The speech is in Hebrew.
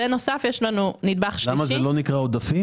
בנוסף יש לנו נדבך שלישי --- זה לא נקרא עודפים?